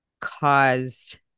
caused